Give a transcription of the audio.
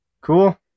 Cool